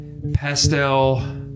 pastel